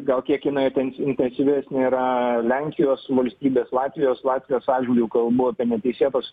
gal kiek jinai ten intensyvesnė yra lenkijos valstybės latvijos latvijos atžvilgiu kalbu apie neteisėtos